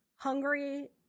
hungry